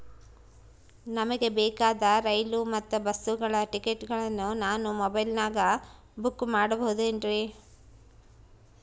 ನಮಗೆ ಬೇಕಾದ ರೈಲು ಮತ್ತ ಬಸ್ಸುಗಳ ಟಿಕೆಟುಗಳನ್ನ ನಾನು ಮೊಬೈಲಿನಾಗ ಬುಕ್ ಮಾಡಬಹುದೇನ್ರಿ?